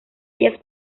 ellas